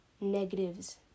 negatives